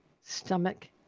stomach